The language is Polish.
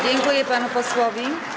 Dziękuję panu posłowi.